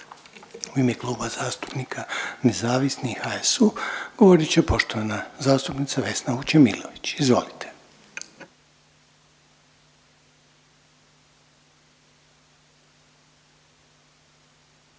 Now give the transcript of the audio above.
U ime Kluba zastupnika nezavisnih, HSU govorit će poštovana zastupnica Vesna Vučemilović. Izvolite.